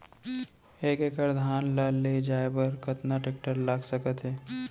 एक एकड़ धान ल ले जाये बर कतना टेकटर लाग सकत हे?